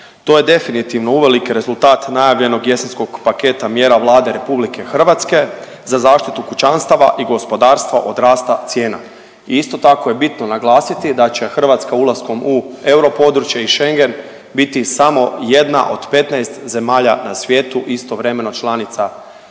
To je definitivno uvelike rezultat najavljenog jesenskog paketa mjera Vlade RH za zaštitu kućanstava i gospodarstva od rasta cijena i isto tako je bitno naglasiti da će Hrvatska ulaskom u europodručje i Schengen biti samo jedna od 15 zemalja na svijetu i istovremeno članica eurozone,